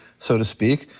so to speak.